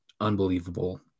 unbelievable